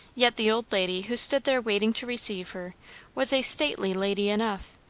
yet the old lady who stood there waiting to receive her was a stately lady enough,